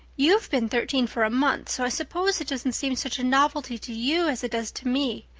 you've been thirteen for a month, so i suppose it doesn't seem such a novelty to you as it does to me.